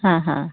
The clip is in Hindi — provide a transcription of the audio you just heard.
हाँ हाँ